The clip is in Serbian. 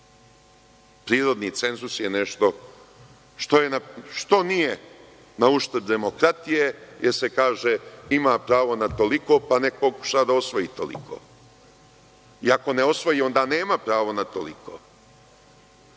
Prirodni cenzus je nešto što nije na uštrb demokratije, jer se kaže – ima pravo na toliko, pa nek pokuša da osvoji toliko. Ako ne osvoji, onda nema pravo na toliko. Ili